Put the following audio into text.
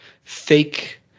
fake